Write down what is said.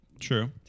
true